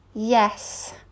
yes